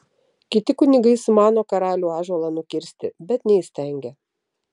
kiti kunigai sumano karalių ąžuolą nukirsti bet neįstengia